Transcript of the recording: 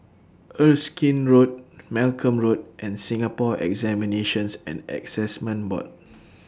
Erskine Road Malcolm Road and Singapore Examinations and Assessment Board